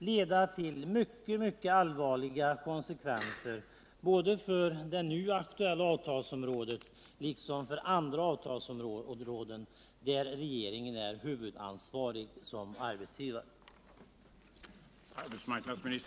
leda till mycket allvarliga konsekvenser både för det nu aktuella avtalsområdet och för andra avtalsområden, där regeringen är huvudansvarig som arbetsgivare.